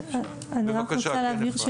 בבקשה, אפרת.